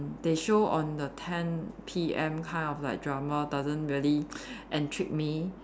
they show on the ten P_M kind of like drama doesn't really intrigue me